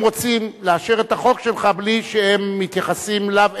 הם רוצים לאשר את החוק שלך בלי שהם מתייחסים אליו,